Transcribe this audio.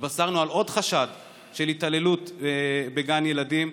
התבשרנו על עוד חשד של התעללות בגן ילדים.